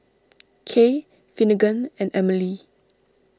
Kay Finnegan and Emile